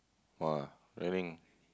[wah] ramming